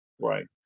Right